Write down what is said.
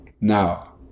Now